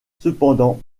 cependant